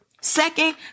Second